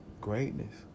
Greatness